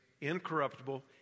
incorruptible